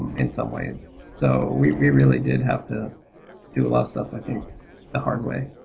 in some ways. so we really did have to do a lot of stuff i think the hard way.